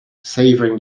savouring